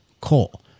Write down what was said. coal